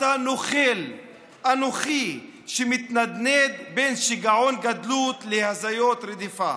אתה נוכל אנוכי שמתנדנד בין שיגעון גדלות להזיות רדיפה.